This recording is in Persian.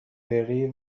بری